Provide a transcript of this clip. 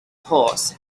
horse